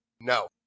No